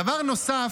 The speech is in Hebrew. דבר נוסף: